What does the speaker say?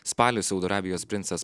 spalį saudo arabijos princas